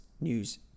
news